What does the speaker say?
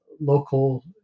local